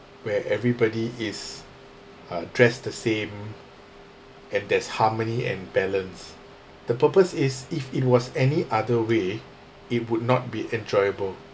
where everybody is uh dressed the same and there's harmony and balance the purpose is if it was any other way it would not be enjoyable